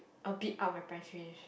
a bit out of my price range